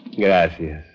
Gracias